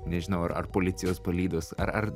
nežinau ar ar policijos palydos ar ar